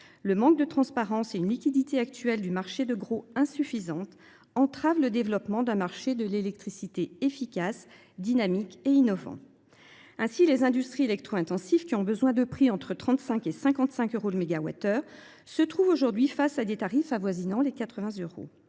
le manque de transparence et l’insuffisante liquidité actuelle du marché de gros entravent le développement d’un marché de l’électricité efficace, dynamique et innovant. Ainsi, les industries électro intensives, qui ont besoin que les prix se situent entre 35 et 55 euros par mégawattheure, se trouvent aujourd’hui confrontées à des tarifs avoisinant les 80 euros.